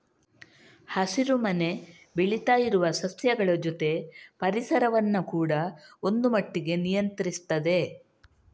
ಹಸಿರು ಮನೆ ಬೆಳೀತಾ ಇರುವ ಸಸ್ಯಗಳ ಜೊತೆ ಪರಿಸರವನ್ನ ಕೂಡಾ ಒಂದು ಮಟ್ಟಿಗೆ ನಿಯಂತ್ರಿಸ್ತದೆ